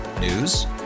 News